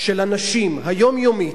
של אנשים, היומיומית,